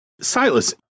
Silas